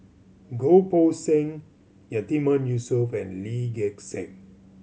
Goh Poh Seng Yatiman Yusof and Lee Gek Seng